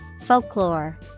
Folklore